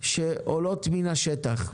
שעולות מן השטח.